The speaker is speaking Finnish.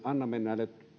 annamme näille